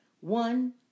one